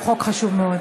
הוא חוק חשוב מאוד